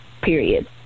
Period